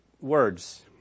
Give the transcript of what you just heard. words